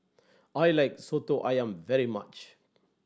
I like Soto Ayam very much